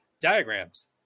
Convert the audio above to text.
diagrams